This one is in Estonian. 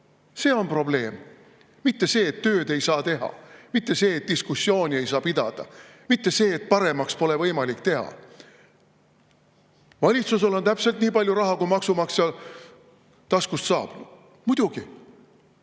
See on probleem, mitte see, et tööd ei saa teha, mitte see, et diskussiooni ei saa pidada, mitte see, et paremaks pole võimalik teha. Valitsusel on täpselt nii palju raha, kui maksumaksja taskust saab. Muidugi,